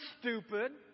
stupid